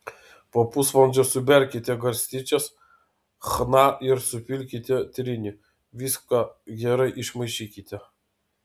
po pusvalandžio suberkite garstyčias chna ir supilkite trynį viską gerai išmaišykite